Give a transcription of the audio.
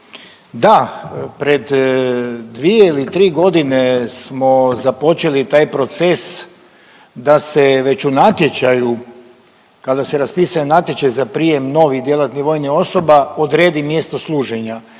Da, pred 2 ili 3 godine smo započeli taj proces da se već u natječaju, kada se raspisuje natječaj za prijem novih djelatnih vojnih osoba odredi mjesto služenja